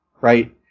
right